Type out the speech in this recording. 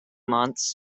months